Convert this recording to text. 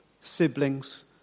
siblings